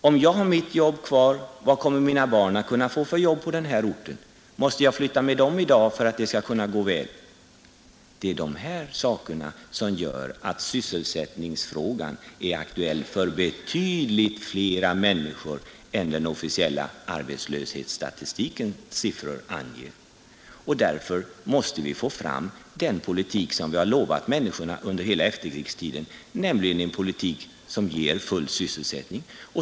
Om jag har mitt jobb kvar, vad kommer mina barn att kunna få för jobb på den här orten? Måste jag flytta med dem i dag för att det skall gå väl? Det är de här sakerna som gör att sysselsättningsfrågan är aktuell för betydligt fler människor än vad den officiella arbetslöshetsstatistikens siffor anger. Därför måste vi få fram den politik som vi lovat människorna under hela efterkrigstiden, nämligen en politik som ger full sysselsättning.